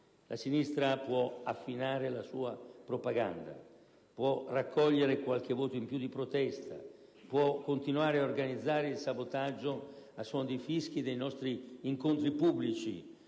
La sinistra può affinare la sua propaganda, può raccogliere qualche voto in più di protesta, può continuare a organizzare il sabotaggio a suon di fischi dei nostri incontri pubblici,